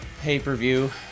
pay-per-view